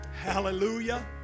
Hallelujah